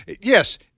yes